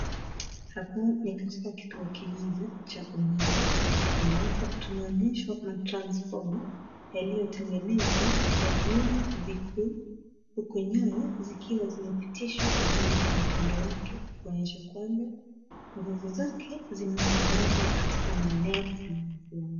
Hapo ni katika kituo kimoja cha umeme ambapo tunaonyeshwa matransfoma yaliyotengenezwa kwa vyuma vikuu huku nyaya zikiwa zimepitishwa juu na kando yake kuonyesha kwamba nguvu zake zinasambazwa katika maeneo fulani fulani.